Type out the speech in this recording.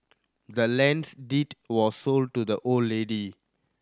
the land's deed was sold to the old lady